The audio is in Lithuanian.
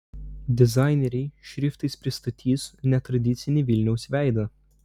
dizaineriai šriftais pristatys netradicinį vilniaus veidą